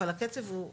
אבל הקצב הוא אדיר.